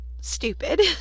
stupid